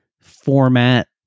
format